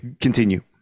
continue